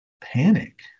panic